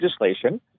legislation